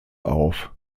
auf